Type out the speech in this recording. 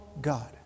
God